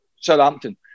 Southampton